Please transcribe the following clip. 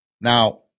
Now